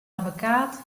abbekaat